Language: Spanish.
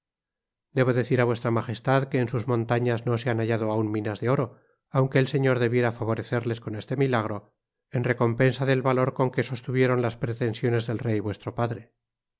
debo decir á vuestra magestad que en sus montañas no se han hallado aun minas de oro aunque et señor debiera favorecerles con este milagro en recompensa del valor con que sostuvieron las pretensiones del rey vuestro padre